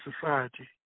society